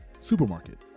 supermarket